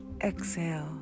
exhale